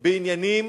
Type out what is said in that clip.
בעניינים